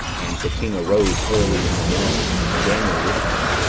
and the king arose early in the morning, and daniel with him.